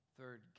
Third